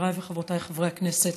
חבריי וחברותיי חברי הכנסת,